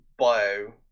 bio